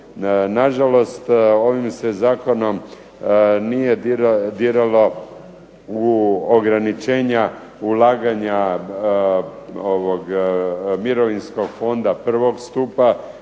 Nažalost, ovim se zakonom nije diralo u ograničenja ulaganja ovog mirovinskog fonda 1. stupa